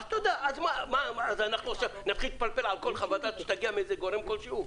אז אנחנו עכשיו נתחיל להתפלפל על כל חוות דעת שתגיע מכל גורם שהוא?